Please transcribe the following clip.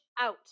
out